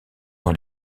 dans